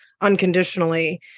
unconditionally